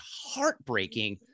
heartbreaking